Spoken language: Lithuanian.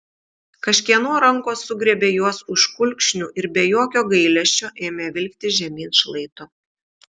kažkieno rankos sugriebė juos už kulkšnių ir be jokio gailesčio ėmė vilkti žemyn šlaitu